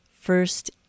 first